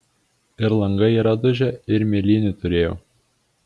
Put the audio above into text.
ir langai yra dužę ir mėlynių turėjau